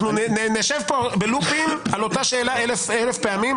נשב בלופים על אותה שאלה אלף פעמים,